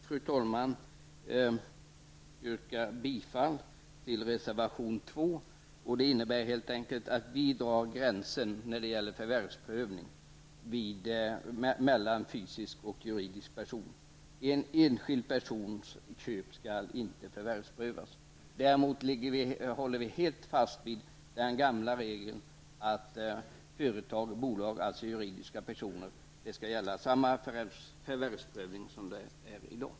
Jag vill yrka bifall till reservation 2, där vi drar gränsen för förvärvsprövning mellan fysisk och juridisk person. En enskild persons köp skall inte förvärvsprövas. Däremot vill vi hålla fast vid den gamla regeln att det för juridiska personer skall gälla samma förvärvsprövning som i dag.